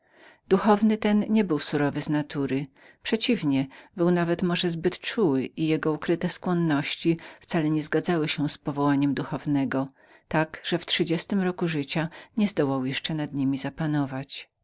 duchowny ten nie był złym z natury przeciwnie był nawet może zbyt czułym i jego ukryte skłonności wcale nie zgadzały się z powołaniem duchownego tak że sanudo w trzydziestym roku życia nie zdołał jeszcze nad niemi zapanować